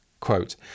Quote